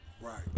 Right